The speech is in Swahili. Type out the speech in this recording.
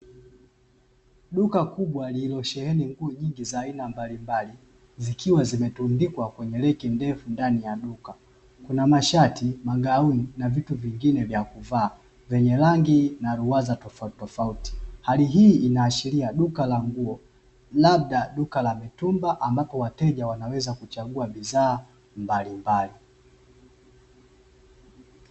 Duka kubwa lililosheheni nguo nyingi za aina mbalimbali zikiwa zimetundikwa kwenye reki ndefu ndani ya duka kuna mashati, magauni na vitu vingine vya kuvaa vyenye rangi na za aina tofautitofauti, hali hii inaashiria duka la mitumba ambapo wateja wanaweza kuchagua bidhaa mbalimbali.